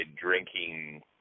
drinking